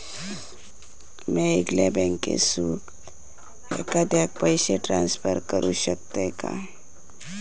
म्या येगल्या बँकेसून एखाद्याक पयशे ट्रान्सफर करू शकतय काय?